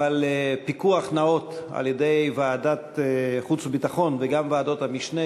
אבל פיקוח נאות על-ידי ועדת החוץ והביטחון וגם ועדות המשנה,